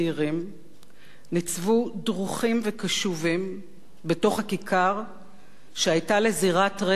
ניצבו דרוכים וקשובים בכיכר שהיתה לזירת רצח פוליטי נפשע